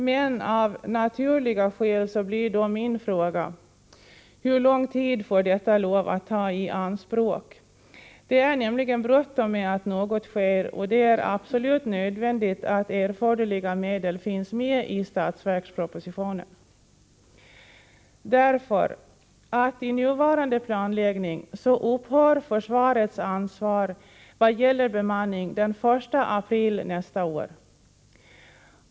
Men av naturliga skäl blir då min fråga: Hur lång tid får detta lov att ta i anspråk? Det är nämligen bråttom med att något sker, och det är absolut nödvändigt att erforderliga medel finns med i budgetpropositionen. I nuvarande planläggning upphör nämligen försvarets ansvar vad gäller bemanning den 1 april nästa år.